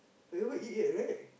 haven't eat yet right